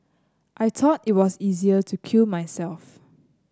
I thought it was easier to kill myself